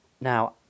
Now